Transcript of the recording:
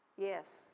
Yes